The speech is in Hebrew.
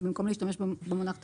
אז במקום להשתמש במונח "טכנולוגיה"